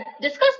discuss